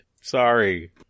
Sorry